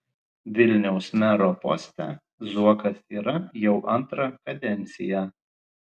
vilniaus mero poste zuokas yra jau antrą kadenciją